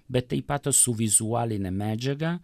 bet taip pat su vizualine medžiaga